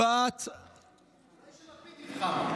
אולי שלפיד יבחר.